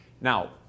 now